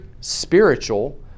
spiritual